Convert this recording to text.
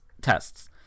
tests